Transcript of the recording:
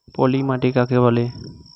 পলি মাটি কাকে বলে?